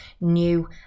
new